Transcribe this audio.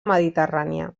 mediterrània